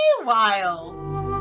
wild